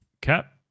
Cap